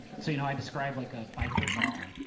so you know i described like a biker bar,